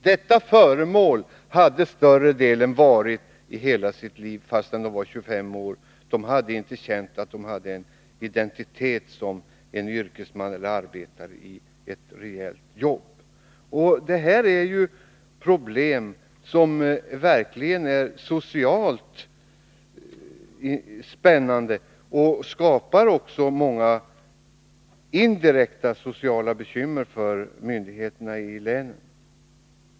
Dessa ”föremål” hade större delen av sitt liv — fastän de var 25 år — varit arbetslösa. De hade inte känt att de ägde den identitet som en yrkesman, arbetare, med ett rejält jobb har. Det här är problem som verkligen är socialt ”spännande” och skapar många indirekta sociala bekymmer för myndigheterna i länen.